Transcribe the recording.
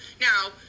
Now